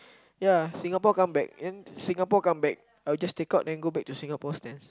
yeah Singapore comeback then Singapore come back I will just take out and go back to Singapore stands